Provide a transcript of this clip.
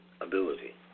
ability